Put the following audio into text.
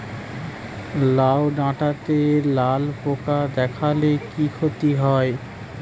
লাউ ডাটাতে লালা পোকা দেখালে কি ক্ষতি হয়?